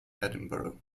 edinburgh